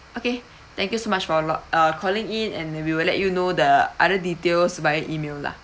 okay thank you so much for uh calling in and we will let you know the other details by email lah